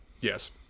Yes